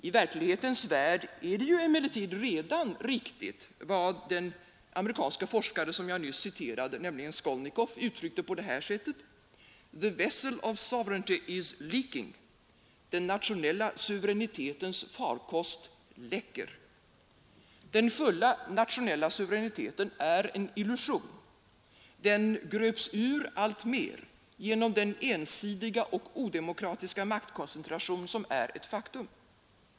I verklighetens värld är det emellertid redan riktigt vad den amerikanske forskare som jag nyss citerade, nämligen Skolnikoff, uttryckte på det här sättet: ”The vessel of sovereignity is leaking” — ”den nationella suveränitetens farkost läcker”. Den fulla nationella suveräniteten är en illusion; den gröps ur alltmer genom den ensidiga och odemokratiska maktkoncentration som är ett faktum.